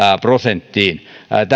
prosenttiin